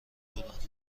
بودند